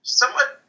somewhat